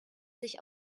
sich